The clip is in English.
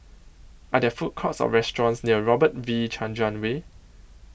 Are There Food Courts Or restaurants near Robert V Chandran Way